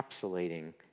encapsulating